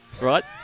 Right